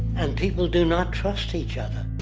and people do not trust each other.